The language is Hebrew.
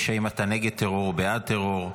יש אם אתה נגד טרור או בעד טרור.